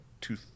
two